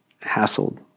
hassled